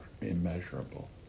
immeasurable